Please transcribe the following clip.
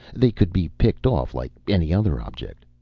they could be picked off like any other object.